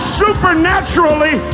supernaturally